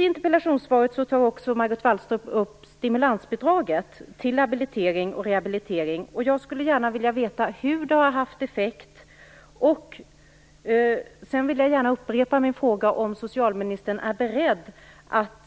I interpellationssvaret tar också Margot Wallström upp stimulansbidraget till habilitering och rehabilitering. Jag skulle gärna vilja veta vilken effekt det har haft. Sedan vill jag gärna upprepa min fråga om socialministern är beredd att